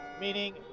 meaning